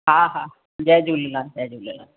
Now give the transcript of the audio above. हा हा जय झूलेलाल जय झूलेलाल